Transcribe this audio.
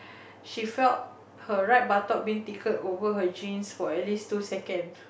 she felt her right buttock being tickled over her jeans for at least two second